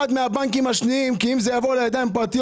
הממשלה הרלוונטיים למצב הפיננסי של החברה